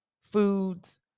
foods